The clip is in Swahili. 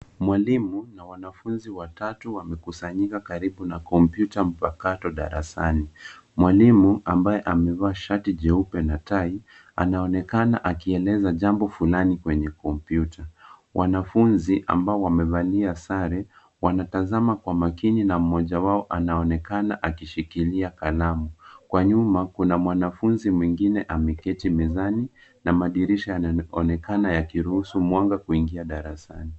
Mwalimu na wanafunzi watatu wamekusanyika karibu na kompyuta mpakato darasani. Mwalimu ambaye amevaa shati jeupe na tai, anaonekana akieleza jambo fulani kwenye kompyuta. Wanafunzi ambao wamevalia sare, wanatazama kwa makini na mmoja wao anaonekana akishikilia kalamu. Kwa nyuma, kuna mwanafunzi mwingine ameketi mezani na madirisha yanaonekana yakiruhusu mwanga kuingia darasani.